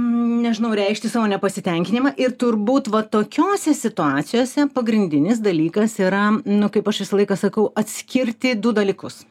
nežinau reikšti savo nepasitenkinimą ir turbūt va tokiose situacijose pagrindinis dalykas yra nu kaip aš visą laiką sakau atskirti du dalykus